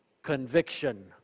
conviction